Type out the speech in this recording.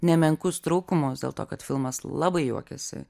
nemenkus trūkumus dėl to kad filmas labai juokėsi